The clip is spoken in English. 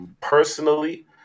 Personally